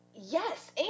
Yes